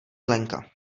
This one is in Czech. lenka